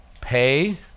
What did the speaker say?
Pay